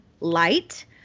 light